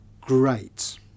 great